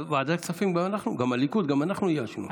את ועדת הכספים גם הליכוד וגם אנחנו איישנו.